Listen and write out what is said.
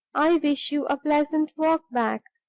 i wish you a pleasant walk back,